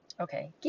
okay